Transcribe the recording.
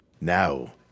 now